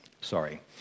sorry